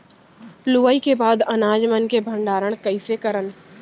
लुवाई के बाद अनाज मन के भंडारण कईसे करन?